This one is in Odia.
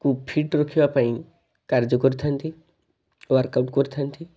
କୁ ଫିଟ୍ ରଖିବା ପାଇଁ କାର୍ଯ୍ୟ କରିଥାନ୍ତି ୱାର୍କଆଉଟ କରିଥାନ୍ତି